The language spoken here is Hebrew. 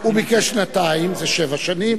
הוא ביקש שנתיים, זה שבע שנים.